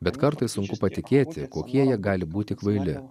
bet kartais sunku patikėti kokie jie gali būti kvaili